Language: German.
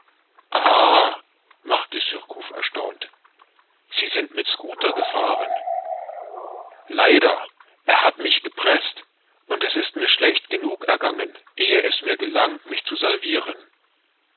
machte surcouf erstaunt sie sind mit schooter gefahren leider er hat mich gepreßt und es ist mir schlecht genug ergangen ehe es mir gelang mich zu salviren